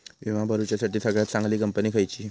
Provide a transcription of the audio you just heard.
विमा भरुच्यासाठी सगळयात चागंली कंपनी खयची?